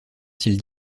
s’il